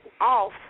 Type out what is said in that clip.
off